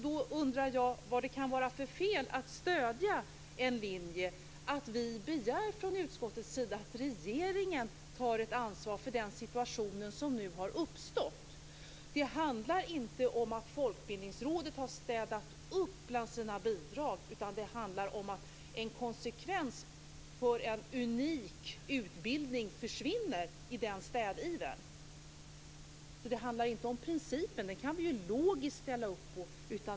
Då undrar jag vad det är för fel i att stödja linjen att vi från utskottets sida skall begära att regeringen tar ett ansvar för den situation som nu har uppstått. Det handlar inte om att Folkbildningsrådet har städat upp bland sina bidrag, utan det handlar om konsekvensen att en unik utbildning försvinner i den städivern. Det handlar inte om principen. Den kan vi logiskt ställa upp på.